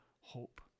hope